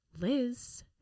Liz